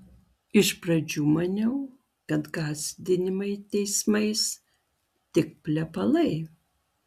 iš pradžių maniau kad gąsdinimai teismais tik plepalai